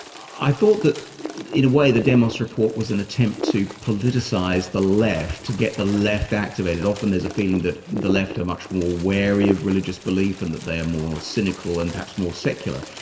i thought that in a way, the demos report was an attempt to politicise the left to get the left activated. often there's a feeling that the left are much more wary of religious belief and that they are more cynical and perhaps more secular.